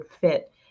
fit